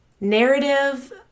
narrative